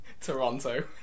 Toronto